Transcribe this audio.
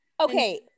Okay